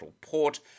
port